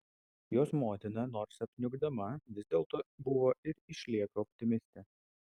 jos motina nors apniukdama vis dėlto buvo ir išlieka optimistė